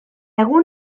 egun